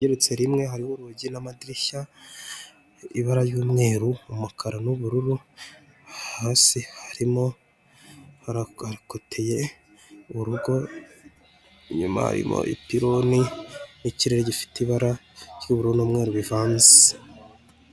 igerutse rimwe hariho urugi n'amadirishya ibara ry'umweru, umukara n'ubururu hasi harimo haragakoteye, urugo inyuma ipironi harimo n'ikirere gifite ibara ry'ubururu n'umweru bivanze.